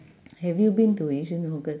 have you been to yishun hawker